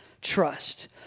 trust